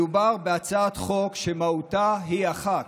מדובר בהצעת חוק שמהותה היא אחת,